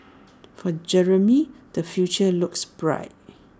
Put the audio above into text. for Jeremy the future looks bright